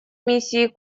миссии